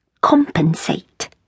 Compensate